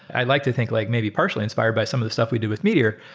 i like to think like maybe partially inspired by some of the stuff we do with meteor,